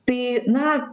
tai na